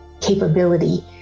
capability